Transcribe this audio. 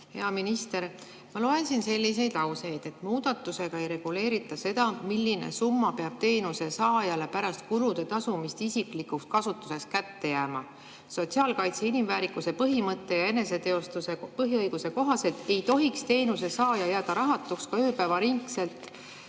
Hea minister! Ma loen siin selliseid lauseid: "Muudatusega ei reguleerita seda, milline summa peab teenuse saajale pärast kulude tasumist isiklikuks kasutuseks kätte jääma. Sotsiaalkaitse inimväärikuse põhimõtte ja eneseteostuse põhiõiguse kohaselt ei tohiks teenuse saaja jääda rahatuks ka ööpäevaringset